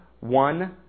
one